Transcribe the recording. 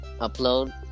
upload